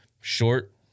short